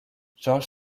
george